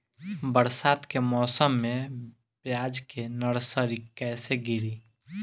बरसात के मौसम में प्याज के नर्सरी कैसे गिरी?